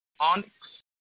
onyx